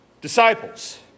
disciples